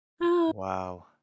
Wow